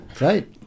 right